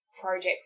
projects